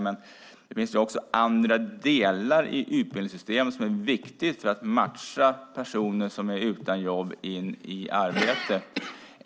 Men det finns också andra delar i utbildningssystemet som är viktiga när det gäller att matcha personer utan jobb in i arbete.